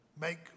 make